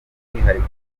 umwihariko